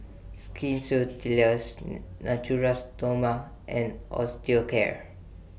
Skin Natura Stoma and Osteocare